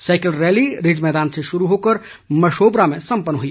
cycle rally Ridge मैदान से शुरू होकर मशोबरा में संपन्न हुई